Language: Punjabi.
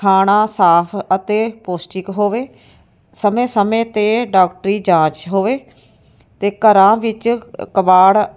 ਖਾਣਾ ਸਾਫ਼ ਅਤੇ ਪੋਸ਼ਟਿਕ ਹੋਵੇ ਸਮੇਂ ਸਮੇਂ 'ਤੇ ਡਾਕਟਰੀ ਜਾਂਚ ਹੋਵੇ ਅਤੇ ਘਰਾਂ ਵਿੱਚ ਕਬਾੜ